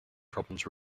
problems